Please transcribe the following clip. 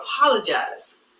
apologize